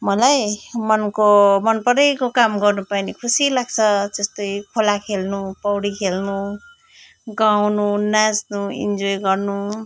मलाई मनको मनपरेको काम गर्नु पायो भने खुसी लाग्छ जस्तै खोला खेल्नु पौडी खेल्नु गाउनु नाच्नु इन्जोय गर्नु